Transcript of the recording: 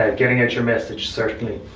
ah getting out your message certainly.